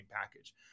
package